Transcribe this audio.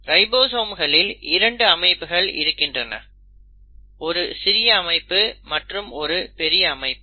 ரைபோசோம்களில் இரண்டு அமைப்புகள் இருக்கின்றன ஒரு சிறிய அமைப்பு மற்றும் ஒரு பெரிய அமைப்பு